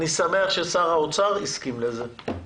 אני שמח ששר האוצר הסכים לזה,